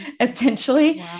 essentially